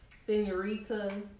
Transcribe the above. Senorita